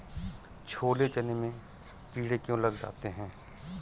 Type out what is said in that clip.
छोले चने में कीड़े क्यो लग जाते हैं?